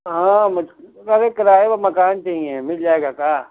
ہاں مجھ ارے کرائے پر مکان چاہیے مِل جائے گا کا